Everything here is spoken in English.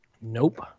Nope